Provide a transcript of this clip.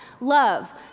Love